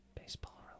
baseball